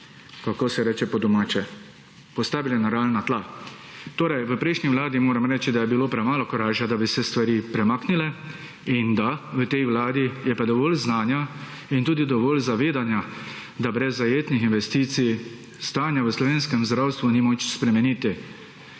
kako se reče po domače, postavili na realna tla. Torej v prejšnji vladi moram reči, da je bilo premalo korajže, da bi se stvari premaknile, in da v tej vladi je pa dovolj znanja in tudi dovolj zavedanja, da brez zajetnih investicij stanje v slovenskem zdravstvu ni moč spremeniti.